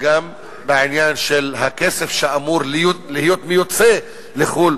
וגם בעניין של הכסף שאמור להיות מיוצא לחו"ל